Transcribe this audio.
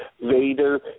Vader